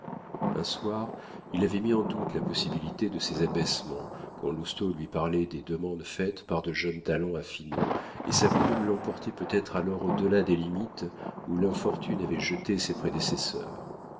un soir il avait mis en doute la possibilité de ces abaissements quand lousteau lui parlait des demandes faites par de jeunes talents à finot et sa plume l'emportait peut-être alors au delà des limites où l'infortune avait jeté ses prédécesseurs